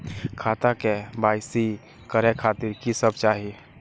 खाता के के.वाई.सी करे खातिर की सब चाही?